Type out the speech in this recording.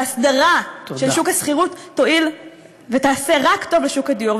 והסדרה של שוק השכירות תועיל ותעשה רק טוב לשוק הדיור.